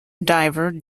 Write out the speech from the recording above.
driver